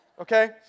Okay